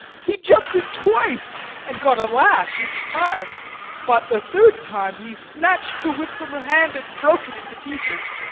he jumped it twice and got a lash each time but the third time he snatched the whip from her hand and broke it into pieces.